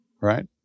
right